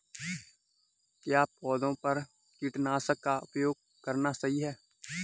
क्या पौधों पर कीटनाशक का उपयोग करना सही है?